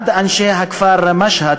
אחד מאנשי הכפר משהד,